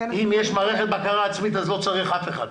אם יש מערכת בקרה עצמית, לא צריך אף אחד.